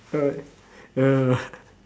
all right uh